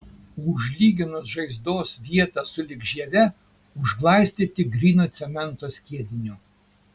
užlyginus žaizdos vietą sulig žieve užglaistyti gryno cemento skiediniu